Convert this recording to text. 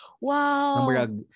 Wow